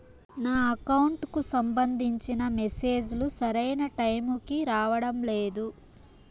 నా అకౌంట్ కు సంబంధించిన మెసేజ్ లు సరైన టైము కి రావడం లేదు